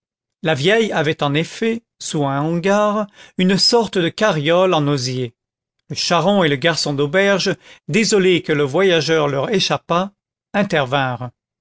la vieille avait en effet sous un hangar une façon de carriole en osier le charron et le garçon d'auberge désolés que le voyageur leur échappât